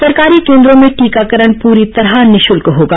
सरकारी केन्द्रों में टीकाकरण पूरी तरह निःशुल्क होगा